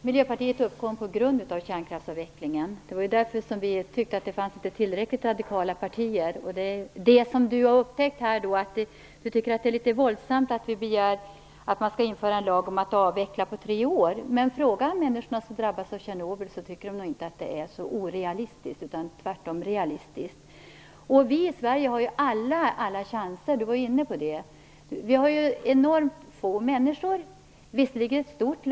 Herr talman! Det är riktigt att orsaken till att Miljöpartiet bildades är frågan om kärnkraftsavvecklingen. Vi tyckte inte att det fanns tillräckligt radikala partier. Det är det Dan Ericsson har upptäckt när han tycker att det är litet våldsamt att vi begär att man skall införa en lag om att kärnkraften skall avvecklas på tre år. Fråga de människor som drabbades av Tjernobylolyckan. De tycker nog inte att det är orealistiskt utan tvärtom realistiskt. Vi i Sverige har alla chanser att klara av det här, vilket Dan Ericsson var inne på. Sverige har enormt få invånare om man jämför med andra länder.